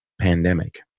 pandemic